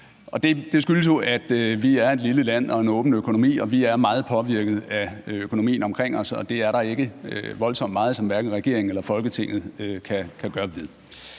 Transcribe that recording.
det skyldes jo, at vi er et lille land og en åben økonomi. Vi er meget påvirket af økonomien omkring os, og det er der ikke voldsomt meget, som hverken regeringen eller Folketinget kan gøre ved.